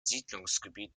siedlungsgebiet